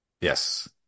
Yes